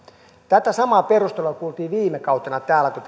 tätä samaa perustelua kuultiin viime kaudella täällä kun